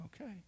Okay